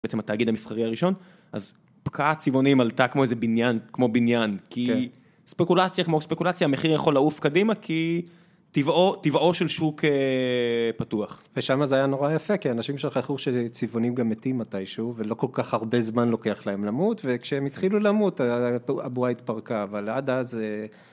בעצם התאגיד המסחרי הראשון, אז פקעה צבעונים עלתה כמו איזה בניין, כמו בניין, כי ספקולציה כמו ספקולציה, המחיר יכול לעוף קדימה, כי טבעו של שוק פתוח. ושמה זה היה נורא יפה, כי אנשים שכחו שצבעונים גם מתים מתישהו, ולא כל כך הרבה זמן לוקח להם למות, וכשהם התחילו למות, הבועה התפרקה, אבל עד אז זה...